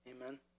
Amen